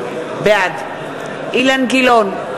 בעד אילן גילאון,